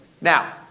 Now